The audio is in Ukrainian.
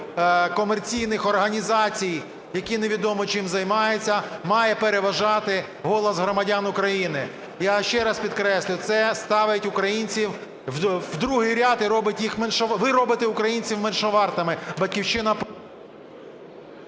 комерційних організацій, які невідомо чим займаються, має переважати голос громадян України. Я ще раз підкреслю, це ставить українців у другий ряд і робить їх меншовартими. Ви робите українців меншовартими. "Батьківщина"...